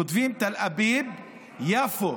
כותבים "תל אביב יפו",